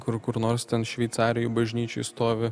kur kur nors ten šveicarijoj bažnyčioj stovi